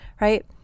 right